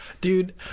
Dude